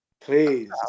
Please